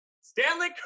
Stanley